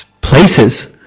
places